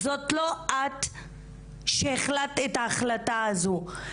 זאת לא את שהחלטת את ההחלטה הזו.